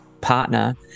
partner